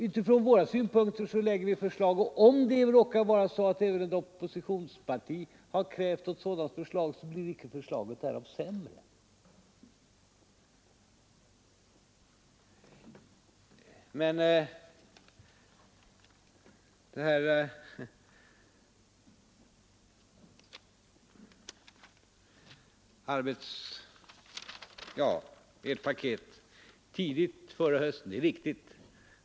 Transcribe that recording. Utifrån våra synpunkter lägger vi fram förslag, och om det råkar vara så att även ett oppositionsparti har krävt något sådant förslag så blir icke förslaget därav sämre. Detta med ert paket tidigt förra hösten är intressant.